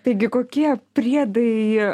taigi kokie priedai